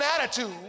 attitude